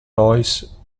lois